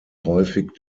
häufig